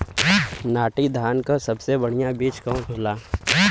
नाटी धान क सबसे बढ़िया बीज कवन होला?